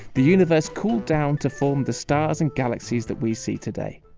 the universe cooled down to form the stars and galaxies that we see today.